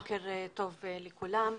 בוקר טוב לכולם.